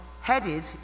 headed